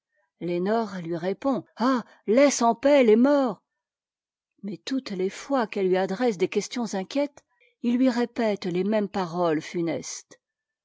lenore lui répond ah laisse en paix les morts mais toutes les fois qu'elle lui adresse des questions inquiètes il lui répète les mêmes paroles funestes